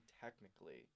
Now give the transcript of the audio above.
technically